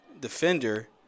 defender